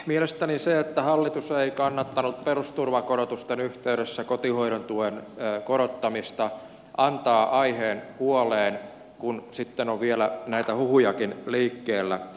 mielestäni se että hallitus ei kannattanut perusturvakorotusten yhteydessä kotihoidon tuen korottamista antaa aiheen huoleen kun sitten on vielä näitä huhujakin liikkeellä